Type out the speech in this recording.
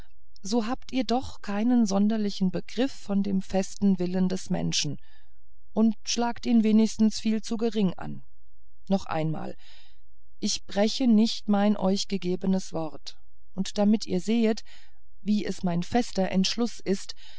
so habt ihr doch keinen sonderlichen begriff von dem festen willen des menschen und schlagt ihn wenigstens viel zu geringe an noch einmal ich breche nicht mein euch gegebenes wort und damit ihr sehet wie es mein fester entschluß ist